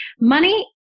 Money